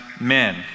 men